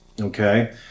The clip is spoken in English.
Okay